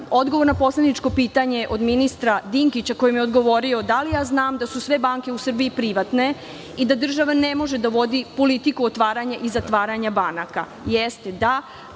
odgovor na poslaničko pitanje od ministra Dinkića koji mi je odgovorio da li ja znam da su sve banke u Srbiji privatne i da država ne može da vodi politiku otvaranja i zatvaranja banaka.